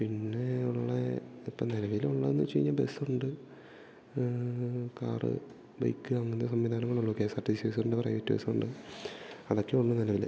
പിന്നെ ഉള്ളത് ഇപ്പം നിലവിലുള്ളത് എന്ന് വെച്ച് കഴിഞ്ഞാൽ ബസ്സുണ്ട് കാറ് ബൈക്ക് അങ്ങനത്തെ സംവിധാനങ്ങൾ ഉണ്ട് K S R T C സർവീസസുണ്ട് പ്രൈവറ്റ് ബസ്സുണ്ട് അതൊക്കെയുള്ളു നിലവിൽ